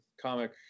comic